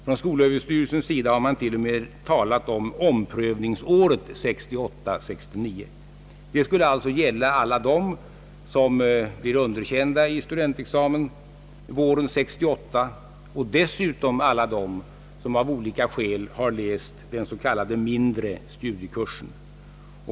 Från skolöverstyrelsens sida har man t.o.m. talat om omprövningsåret 1968/ 69. Det skulle alltså gälla alla dem, som blir underkända i studentexamen våren 1968, och dessutom alla dem som av olika skäl har läst den s.k. mindre studiekursen.